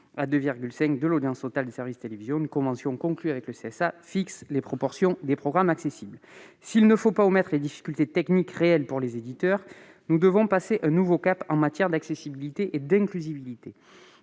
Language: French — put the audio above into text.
à 2,5 % de l'audience totale des services de télévision une convention conclue avec le CSA fixe les proportions des programmes accessibles. S'il ne faut pas omettre les difficultés techniques réelles pour les éditeurs, nous devons passer un nouveau cap en matière d'accessibilité et d'inclusivité.